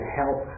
help